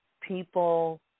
people